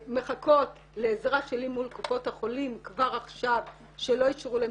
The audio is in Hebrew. מחכות לעזרה שלי מול קופות החולים כבר עכשיו שלא אישרו להם,